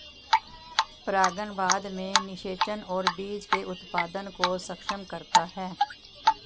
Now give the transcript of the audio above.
परागण बाद में निषेचन और बीज के उत्पादन को सक्षम करता है